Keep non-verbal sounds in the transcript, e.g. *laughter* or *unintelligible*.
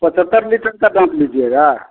पचहत्तर लिटर का *unintelligible* लिजीएगा